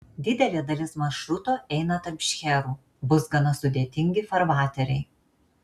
didelė dalis maršruto eina tarp šcherų bus gana sudėtingi farvateriai